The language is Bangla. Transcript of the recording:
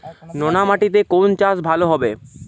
নোনা মাটিতে কোন চাষ ভালো হবে?